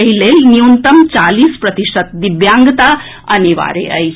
एहि लेल न्यूनतम चालीस प्रतिशत दिव्यांगता अनिवार्य अछि